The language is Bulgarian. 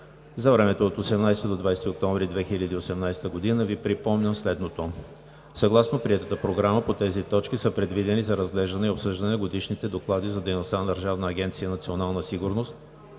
за времето от 18 до 20 октомври 2018 г. Ви припомням следното: Съгласно приетата програма по тези точки са предвидени за разглеждане и обсъждане годишните доклади за